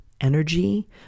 energy